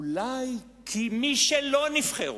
אולי היא כי מי שלא נבחרו,